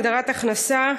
הגדרת הכנסה).